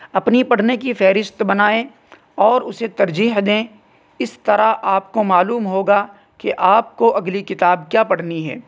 اپنی پڑھنے کی فہرست بنائیں اور اسے ترجیح دیں اس طرح آپ کو معلوم ہوگا کہ آپ کو اگلی کتاب کیا پڑھنی ہے